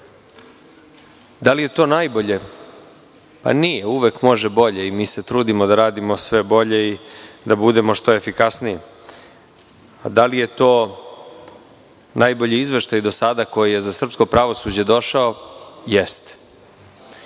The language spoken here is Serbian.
li je to najbolje? Nije, uvek može bolje i mi se trudimo da radimo sve bolje i da budemo što efikasniji. Da li je to najbolji izveštaj do sada koji je za srpsko pravosuđe došao? Jeste.